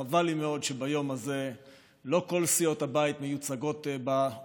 חבל לי מאוד שביום הזה לא כל סיעות הבית מיוצגות באולם,